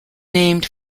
named